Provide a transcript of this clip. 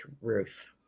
Ruth